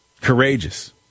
Courageous